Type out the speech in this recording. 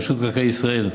רשות מקרקעי ישראל,